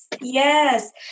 Yes